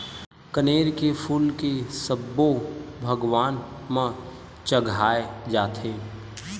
कनेर के फूल के सब्बो भगवान म चघाय जाथे